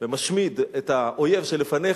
ומשמיד את האויב שלפניך,